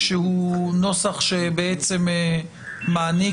זהו נוסח שבעצם מעניק,